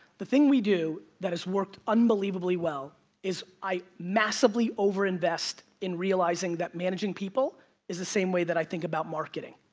the thing we do that has worked unbelievably well is i massively over-invest in realizing that managing people is the same way that i think about marketing.